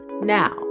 Now